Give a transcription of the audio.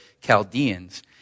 Chaldeans